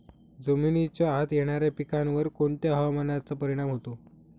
जमिनीच्या आत येणाऱ्या पिकांवर कोणत्या हवामानाचा परिणाम होतो?